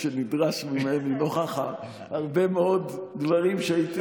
שנדרש ממני נוכח הרבה מאוד דברים שהייתי,